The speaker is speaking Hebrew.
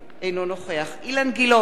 אינו נוכח אילן גילאון,